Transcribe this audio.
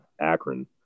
Akron